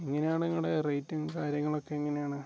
എങ്ങനെയാണ് നിങ്ങളുടെ റേറ്റിങ്ങും കാര്യങ്ങൾ ഒക്കെ എങ്ങനെയാണ്